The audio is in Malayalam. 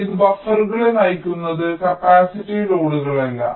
ഇത് ബഫറുകളെ നയിക്കുന്നത് കപ്പാസിറ്റീവ് ലോഡുകളല്ല